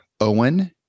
Owen